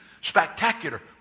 spectacular